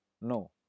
No